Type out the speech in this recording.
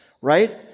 right